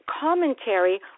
commentary